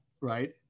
right